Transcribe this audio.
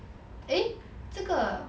eh 这个